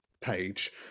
page